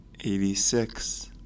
Eighty-six